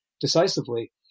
decisively